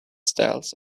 stalls